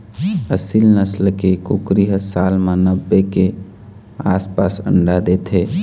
एसील नसल के कुकरी ह साल म नब्बे के आसपास अंडा देथे